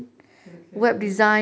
okay ya